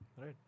right